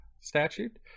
statute